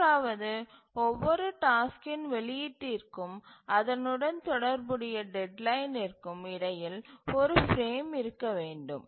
மூன்றாவது ஒவ்வொரு டாஸ்க்கின் வெளியீட்டிற்கும் அதனுடன் தொடர்புடைய டெட்லைனிற்கும் இடையில் ஒரு பிரேம் இருக்க வேண்டும்